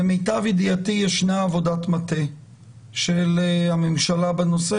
למיטב ידיעתי יש עבודת מטה של הממשלה בנושא,